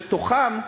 ומתוכם,